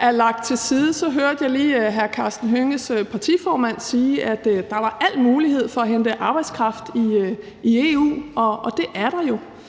er lagt til side, hørte jeg lige hr. Karsten Hønges partiformand sige, at der er alle muligheder for at hente arbejdskraft i EU. Det er der,